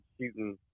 shooting